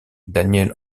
daniel